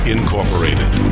Incorporated